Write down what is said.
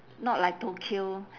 not like tokyo